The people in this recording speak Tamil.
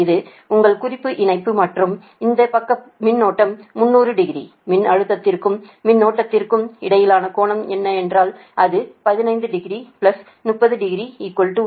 இது உங்கள் குறிப்பு இணைப்பு மற்றும் இந்த பக்க மின்னோட்டம் 30 டிகிரி மின்னழுத்தத்திற்கும் மின்னோட்டத்திற்கும் இடையிலான கோணம் என்ன என்றால் அது 150 300 450